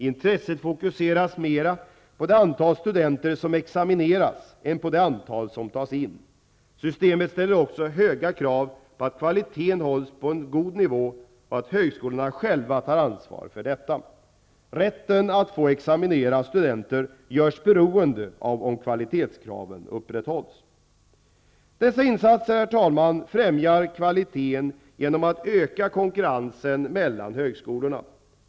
Intresset fokuseras mer på det antal studenter som examineras än på det antal som tas in. Systemet ställer också höga krav på att kvaliteten hålls på en god nivå och att högskolorna själva tar ansvar för detta. Rätten att få examinera studenter görs beroende av om kvalitetskraven upprätthålls. Dessa insatser, herr talman, främjar kvaliteten genom att öka konkurrensen mellan högskolorna.